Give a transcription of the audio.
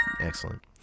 Excellent